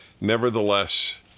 nevertheless